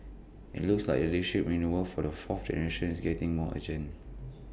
IT looks like the leadership renewal for the fourth generation is getting more urgent